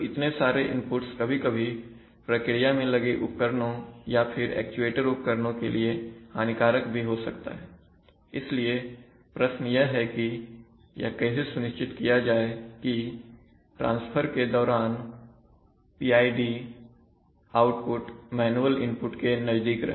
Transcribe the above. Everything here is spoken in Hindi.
इतने सारे इनपुट्स कभी कभी प्रक्रिया में लगे उपकरणों या फिर एक्चुएटर उपकरणों के लिए हानिकारक भी हो सकता है इसलिए प्रश्न यह है कि यह कैसे सुनिश्चित किया जाए कि ट्रांसफर के दौरान PID आउटपुट मैनुअल इनपुट के नजदीक रहे